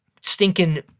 stinking